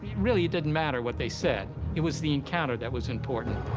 really, it didn't matter what they said. it was the encounter that was important.